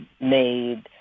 made